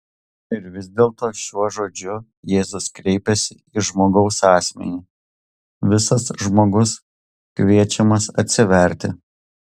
ir vis dėlto šiuo žodžiu jėzus kreipiasi į žmogaus asmenį visas žmogus kviečiamas atsiverti